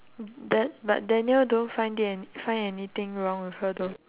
dan~ but daniel don't find it an~ find anything wrong with her though